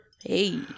hey